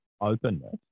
openness